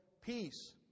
peace